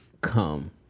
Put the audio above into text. come